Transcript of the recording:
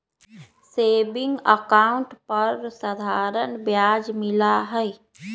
saving account पर साधारण ब्याज मिला हई